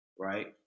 right